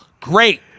Great